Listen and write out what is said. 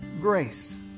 Grace